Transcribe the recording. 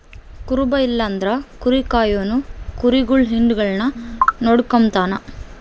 ಕುರುಬ ಇಲ್ಲಂದ್ರ ಕುರಿ ಕಾಯೋನು ಕುರಿಗುಳ್ ಹಿಂಡುಗುಳ್ನ ನೋಡಿಕೆಂಬತಾನ